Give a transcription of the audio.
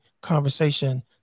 conversation